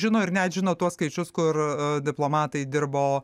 žino ir net žino tuos skaičius kur diplomatai dirbo